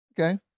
Okay